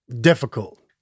difficult